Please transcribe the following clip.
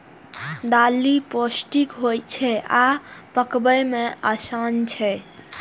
दालि पौष्टिक होइ छै आ पकबै मे आसान छै